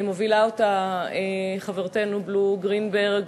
מובילה אותה חברתנו בלו גרינברג,